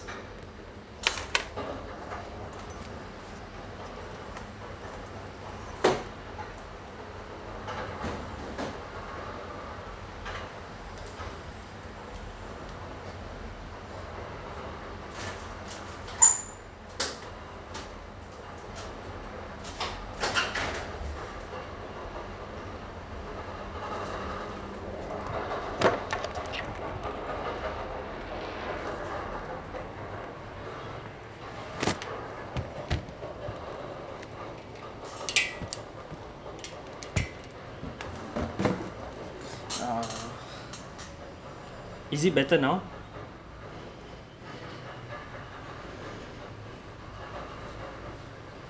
uh is it better now